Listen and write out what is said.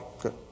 Good